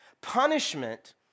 Punishment